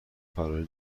فراری